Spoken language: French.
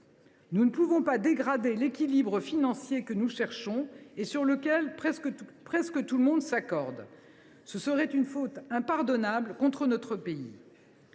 Nous ne pouvons pas dégrader l’équilibre financier que nous visons et sur lequel presque tout le monde s’accorde. Ce serait une faute impardonnable contre notre pays.